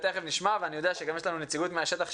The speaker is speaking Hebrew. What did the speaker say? ותכף נשמע גם נציגות מהשטח,